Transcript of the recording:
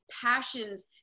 passions